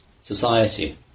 society